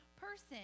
person